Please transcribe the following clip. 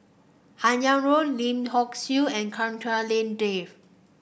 Han Yong Road Lim Hock Siew and Chua Hak Lien Dave